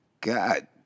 God